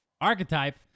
Archetype